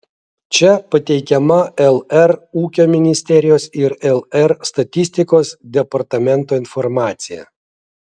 čia pateikiama lr ūkio ministerijos ir lr statistikos departamento informacija